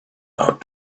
out